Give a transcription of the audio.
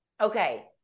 Okay